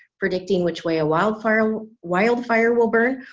predicting which way a wildfire wildfire will burn,